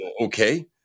okay